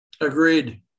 Agreed